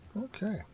Okay